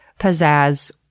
Pizzazz